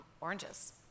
Oranges